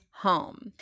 Home